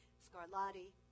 Scarlatti